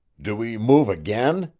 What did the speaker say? do we move again?